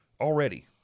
Already